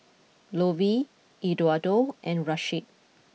Lovey Eduardo and Rasheed